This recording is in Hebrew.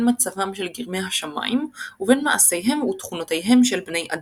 מצבם של גרמי השמיים ובין מעשיהם ותכונותיהם של בני אדם.